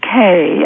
okay